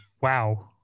Wow